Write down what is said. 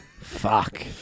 Fuck